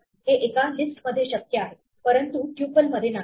हे एका लिस्टमध्ये शक्य आहे परंतु ट्युपल मध्ये नाही